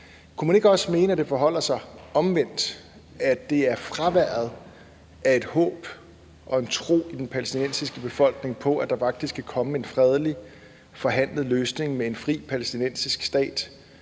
Kunne man ikke også godt mene, at det forholder sig omvendt, nemlig at det er fraværet af et håb om og en tro på i den palæstinensiske befolkning, at der faktisk kan komme en fredelig, forhandlet løsning med en fri palæstinensisk stat,